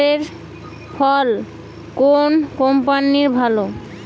রোটারের ফল কোন কম্পানির ভালো?